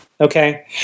okay